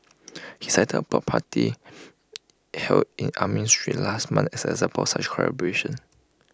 he cited A block party held in Armenian street last month as an example such collaboration